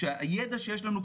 הידע שיש לנו,